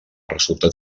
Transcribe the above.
resultat